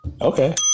Okay